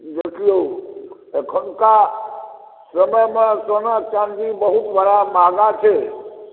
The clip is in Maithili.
देखियौ एखुनका समय मे सोना चाँदी बहुत बड़ा महन्गा छै